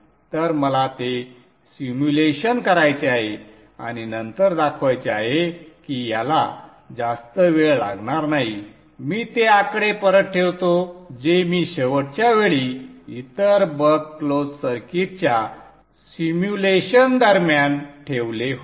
तर मला ते सिम्युलेशन करायचे आहे आणि नंतर दाखवायचे आहे की याला जास्त वेळ लागणार नाही मी ते आकडे परत ठेवतो जे मी शेवटच्या वेळी इतर बक क्लोज सर्किटच्या सिम्युलेशन दरम्यान ठेवले होते